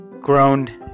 groaned